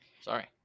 Sorry